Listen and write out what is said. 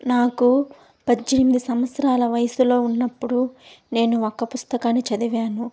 నాకు పద్దెనిమిది సంవత్సరాల వయసులో ఉన్నప్పుడు నేను ఒక్క పుస్తకాన్ని చదివాను